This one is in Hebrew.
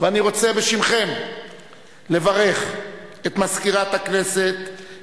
אני מתכבד להביא את הודעת ועדת החוקה,